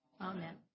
Amen